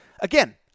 Again